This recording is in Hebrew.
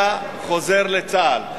אתה חוזר לצה"ל.